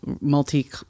multi